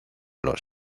los